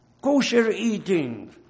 kosher-eating